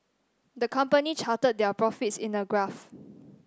the company charted their profits in a graph